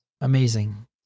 amazing